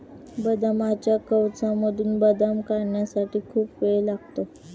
बदामाच्या कवचामधून बदाम काढण्यासाठी खूप वेळ लागतो